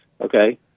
okay